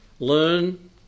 Learn